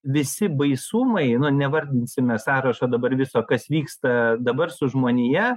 visi baisumai nu nevardinsime sąrašo dabar viso kas vyksta dabar su žmonija